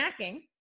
snacking